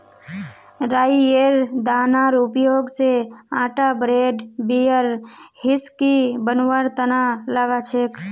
राईयेर दानार उपयोग स आटा ब्रेड बियर व्हिस्की बनवार तना लगा छेक